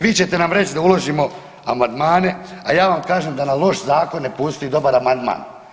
Vi ćete nam reći da uložimo amandmane, a ja vam kažem da na loš zakon ne postoji dobar amandman.